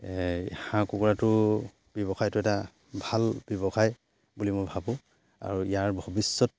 হাঁহ কুকুৰাটো ব্যৱসায়টো এটা ভাল ব্যৱসায় বুলি মই ভাবোঁ আৰু ইয়াৰ ভৱিষ্যত